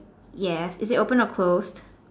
yes is it open or closed